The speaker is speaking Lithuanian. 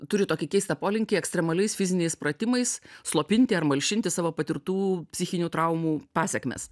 turi tokį keistą polinkį ekstremaliais fiziniais pratimais slopinti ar malšinti savo patirtų psichinių traumų pasekmes